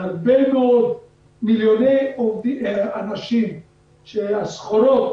הרבה מאוד מיליוני אנשים שנהנים כי הסחורות